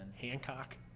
Hancock